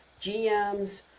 GMs